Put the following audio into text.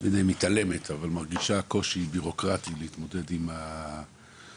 לא יודע אם מתעלמת אבל מרגישה קושי ביורוקרטי להתמודד עם הדבר.